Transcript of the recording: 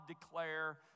declare